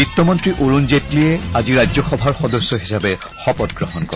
বিত্তমন্ত্ৰী অৰুণ জেটলীয়ে আজি ৰাজ্যসভাৰ সদস্য হিচাপে শপত গ্ৰহণ কৰে